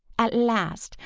at last,